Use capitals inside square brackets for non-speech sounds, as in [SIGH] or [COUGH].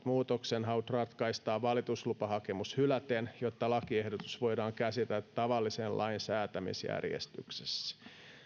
[UNINTELLIGIBLE] muutoksenhaut ratkaistaan valituslupahakemus hyläten jotta lakiehdotus voidaan käsitellä tavallisen lain säätämisjärjestyksessä